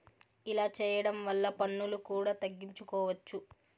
ఇలా చేయడం వల్ల పన్నులు కూడా తగ్గించుకోవచ్చు